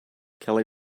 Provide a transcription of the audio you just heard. kelly